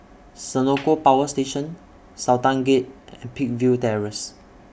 Senoko Power Station Sultan Gate and Peakville Terrace